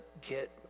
get